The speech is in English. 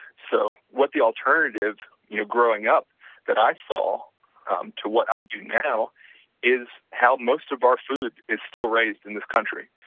so what the alternative you growing up that i saw to what i do now is how most of our food is still raised in this country.